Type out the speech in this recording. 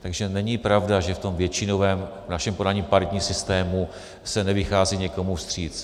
Takže není pravda, že v tom většinovém v našem podání paritním systému se nevychází někomu vstříc.